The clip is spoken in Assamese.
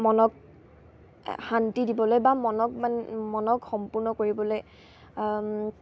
মনক শান্তি দিবলৈ বা মনক মানে মনক সম্পূৰ্ণ কৰিবলৈ